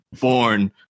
born